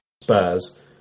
Spurs